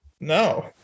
No